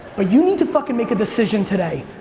but you need to fucking make a decision today.